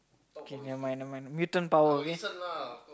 K never mind never mind mutant power okay